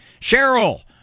Cheryl